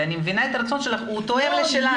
ואני מבינה את הרצון שלך שהוא תואם לשלנו.